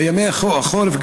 בימי החורף,